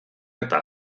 eta